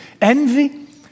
Envy